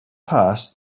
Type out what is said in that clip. passed